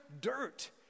dirt